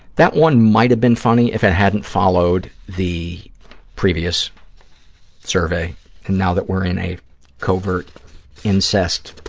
that one might have been funny if it hadn't followed the previous survey and now that we're in a covert incest